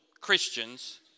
Christians